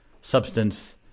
substance